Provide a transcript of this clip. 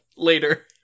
Later